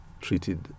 treated